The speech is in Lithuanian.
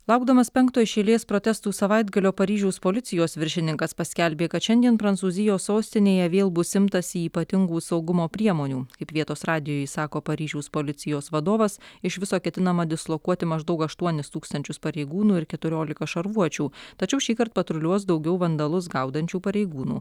laukdamas penkto iš eilės protestų savaitgalio paryžiaus policijos viršininkas paskelbė kad šiandien prancūzijos sostinėje vėl bus imtasi ypatingų saugumo priemonių kaip vietos radijui sako paryžiaus policijos vadovas iš viso ketinama dislokuoti maždaug aštuonis tūkstančius pareigūnų ir keturiolika šarvuočių tačiau šįkart patruliuos daugiau vandalus gaudančių pareigūnų